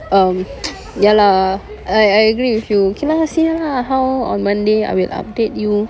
um ya lah I I agree with you okay see lah how on monday I will update you